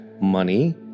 money